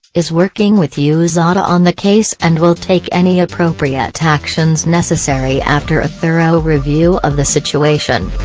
is working with usada on the case and will take any appropriate actions necessary after a thorough review of the situation.